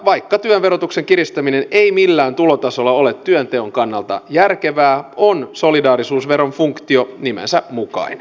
vaikka työn verotuksen kiristäminen ei millään tulotasolla ole työnteon kannalta järkevää on solidaarisuusveron funktio nimensä mukainen